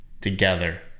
together